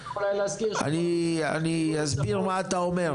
אני אסביר מה אתה אומר.